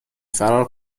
فرار